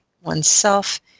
oneself